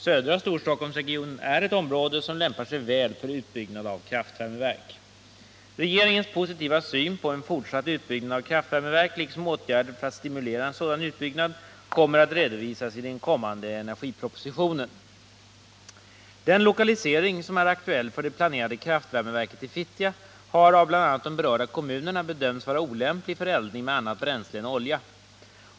Södra Storstockholmsregionen är ett område som lämpar sig väl för utbyggnad av kraftvärmeverk. Regeringens positiva syn på en fortsatt utbyggnad av kraftvärmeverk liksom åtgärder för att stimulera en sådan utbyggnad kommer att redovisas i den kommande energipropositionen. Den lokalisering som är aktuell för det planerade kraftvärmeverket i Fittja har av bl.a. de berörda kommunerna bedömts vara olämplig för eldning med annat bränsle än olja.